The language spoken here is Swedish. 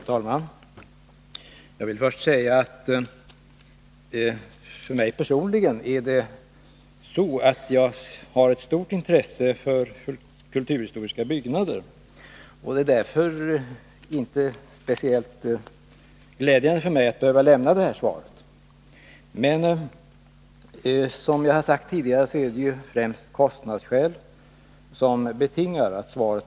Fru talman! Jag vill först säga att jag personligen har ett stort intresse för kulturhistoriska byggnader, och det är därför inte speciellt glädjande för mig att behöva lämna det här svaret. Men som jag sagt tidigare är det främst kostnadsskäl som orsakat detta svar.